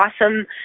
awesome